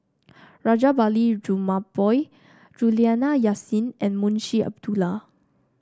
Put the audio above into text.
Rajabali Jumabhoy Juliana Yasin and Munshi Abdullah